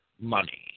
money